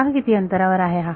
पहा किती अंतरावर आहे हा